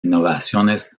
innovaciones